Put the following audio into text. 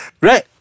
Right